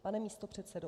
Pane místopředsedo!